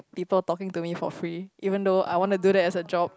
people talking to me for free even though I want to do that as a job